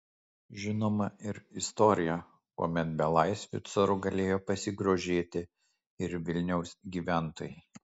žinoma ir istorija kuomet belaisviu caru galėjo pasigrožėti ir vilniaus gyventojai